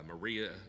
Maria